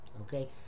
Okay